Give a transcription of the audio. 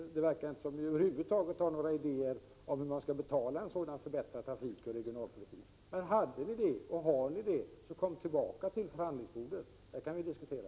Det verkar inte som om ni över huvud taget har några idéer om hur man skall betala en sådan förbättrad trafikoch regionalpolitik. Hade ni det och har ni det, kom tillbaka till förhandlingsbordet! Där kan vi diskutera.